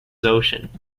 ocean